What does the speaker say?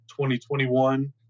2021